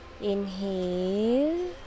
Inhale